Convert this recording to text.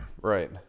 Right